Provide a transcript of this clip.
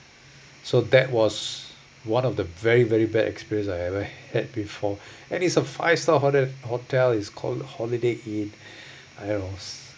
so that was one of the very very bad experience I ever had before and it's a five star hotel it's called holiday inn I don't know